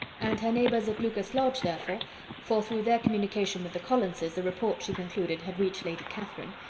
and her neighbours at lucas lodge, therefore for through their communication with the collinses, the report, she concluded, had reached lady catherine,